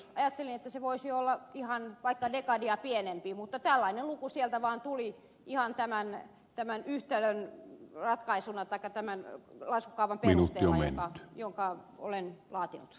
ajattelin että se voisi ihan olla vaikka dekadia pienempi mutta tällainen luku sieltä vaan tuli ihan tämän yhtälön ratkaisuna taikka tämän laskukaavan perusteella jonka olen laatinut